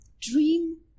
Dream